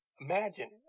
Imagine